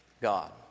God